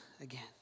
again